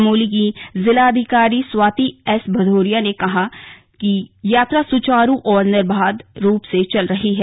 चमोली की जिलाधिकारी स्वाति एस भदौरिया ने बताया कि यात्रा सुचारू और निर्बाध रूप से चल रही है